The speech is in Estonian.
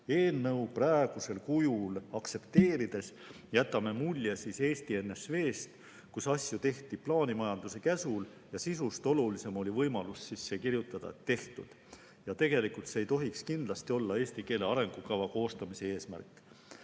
Eelnõu praegusel kujul aktsepteerides jätame mulje ENSV-st, kus asju tehti plaanimajanduse käsul ja sisust olulisem oli võimalus sisse kirjutada: "Tehtud!" See ei tohi kindlasti olla eesti keele arengukava koostamise eesmärk,"